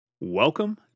Welcome